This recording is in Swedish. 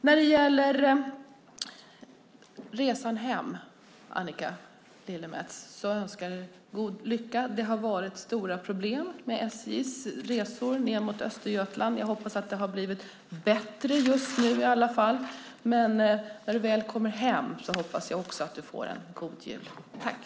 När det gäller din hemresa, Annika Lillemets, önskar jag dig god lycka. Det har varit stora problem med SJ:s resor mot Östergötland. Jag hoppas att det har blivit bättre. Jag hoppas att du får en god jul när du väl kommer hem.